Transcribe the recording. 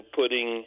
putting